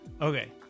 Okay